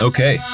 Okay